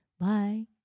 Bye